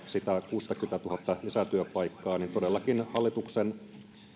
sitä kuuttakymmentätuhatta lisätyöpaikkaa saavuteta niin todellakin hallituksen